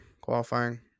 qualifying